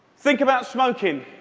think about smoking.